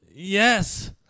Yes